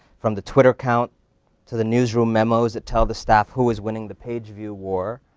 from the twitter account to the news room memos that tell the staff who is winning the page view war.